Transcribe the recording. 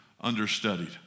understudied